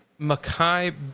Makai